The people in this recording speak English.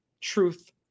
truth